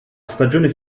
stagione